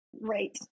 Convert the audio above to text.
right